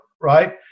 right